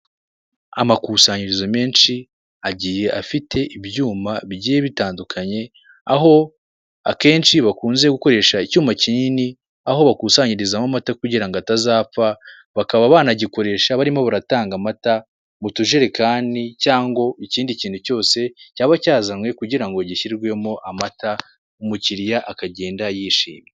Amakusanyirizo menshi agiye afite ibyuma bigiye bitandukanye, aho akenshi bakunze gukoresha icyuma kinini, aho bakusanyirizamo amata kugira ngo atazapfa, bakaba banagikoresha barimo baratanga amata, mu tujerekani, cyangwa ikindi kintu cyose cyaba cyazanywe kugira ngo gishyirwemo amata, umukiriya akagenda yishimye.